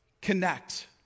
connect